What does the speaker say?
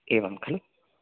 एवं खलु